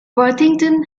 worthington